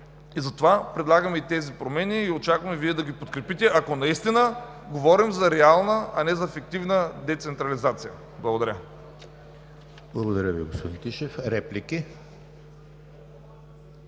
Затова предлагаме тези промени и очакваме Вие да ги подкрепите, ако наистина говорим за реална, а не за фиктивна децентрализация. Благодаря. ПРЕДСЕДАТЕЛ ЕМИЛ ХРИСТОВ: Благодаря Ви, господин Тишев. Реплики?